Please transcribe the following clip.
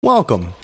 Welcome